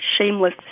shameless